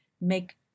make